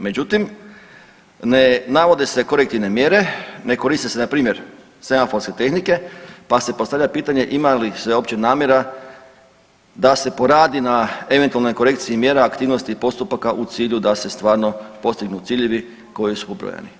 Međutim, ne navode se korektivne mjere, ne koriste se npr. semaforske tehnike pa se postavlja pitanje ima li se uopće namjera da se poradi na eventualnoj korekciji mjera aktivnosti i postupaka u cilju da se stvarno postignu ciljevi koji su upravljani.